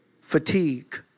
fatigue